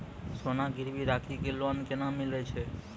सोना गिरवी राखी कऽ लोन केना मिलै छै?